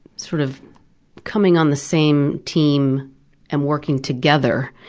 sort of coming on the same team and working together,